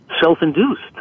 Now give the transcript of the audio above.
self-induced